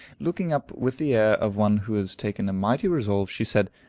looking up with the air of one who has taken a mighty resolve, she said,